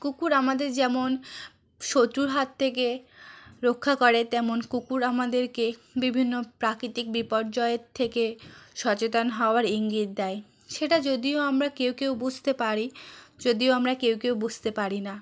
কুকুর আমাদের যেমন শত্রুর হাত থেকে রক্ষা করে তেমন কুকুর আমাদেরকে বিভিন্ন প্রাকৃতিক বিপর্যয়ের থেকে সচেতন হওয়ার ইঙ্গিত দেয় সেটা যদিও আমরা কেউ কেউ বুঝতে পারি যদিও আমরা কেউ কেউ বুসতে পারি না